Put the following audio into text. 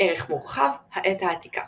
ערך מורחב – העת העתיקה